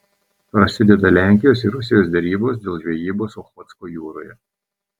prasideda lenkijos ir rusijos derybos dėl žvejybos ochotsko jūroje